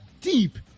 deep